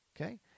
Okay